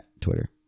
Twitter